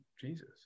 Jesus